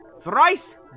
thrice